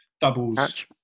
Doubles